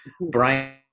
Brian